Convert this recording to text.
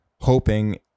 hoping